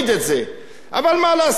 אבל מה לעשות שהכדורסל,